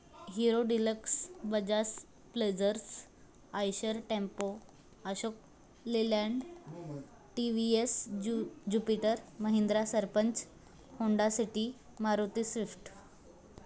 hero Deluxe Bajaj pleasures Eicher tempo Ashok Leyland T V S ज्यु Jupiter Mahindra sarpanch Honda City Maruti Swift